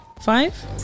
five